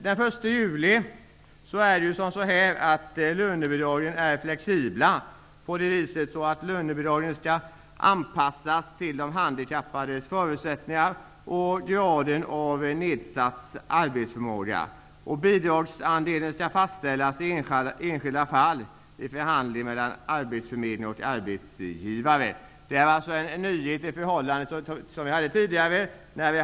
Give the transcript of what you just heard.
Den 1 juli blir lönebidragen flexibla på så sätt att lönebidragen skall anpassas till de handikappades förutsättningar och graden av nedsatt arbetsförmåga. Bidragsandelen skall fastställas i enskilda fall i förhandlingar mellan arbetsförmedlingen och arbetsgivare. Det är alltså en nyhet i förhållande till hur det var tidigare.